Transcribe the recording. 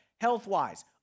health-wise